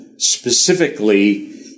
specifically